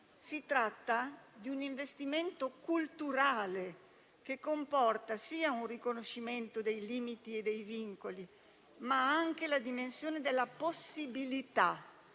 Si tratta di un investimento culturale che comporta sia un riconoscimento dei limiti e dei vincoli, ma anche la dimensione della possibilità,